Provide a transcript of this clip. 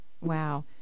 Wow